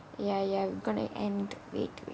ya ya we're gonna end wait wait